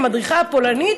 המדריכה הפולנית: